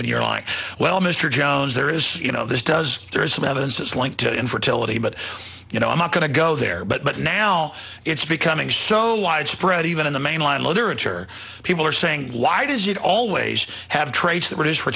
and you're like well mr jones there is you know this does there's some evidence that's linked to infertility but you know i'm not going to go there but now it's becoming so widespread even in the mainline literature people are saying why does it always have traits the british f